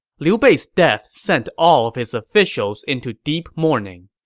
liu bei's death sent all of his officials into deep mourning.